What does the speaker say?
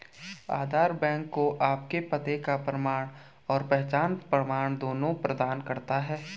आधार bank को आपके पते का प्रमाण और पहचान प्रमाण दोनों प्रदान करता है